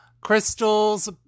Crystal's